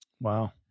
Wow